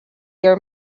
your